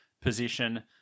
position